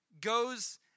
goes